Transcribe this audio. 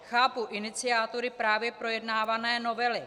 Chápu iniciátory právě projednávané novely.